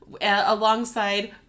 alongside